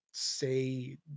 Say